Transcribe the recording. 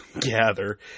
gather